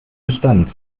bestand